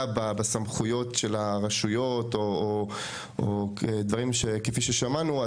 בסמכויות של הרשויות או דברים כפי ששמענו,